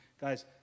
Guys